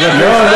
זה שלי.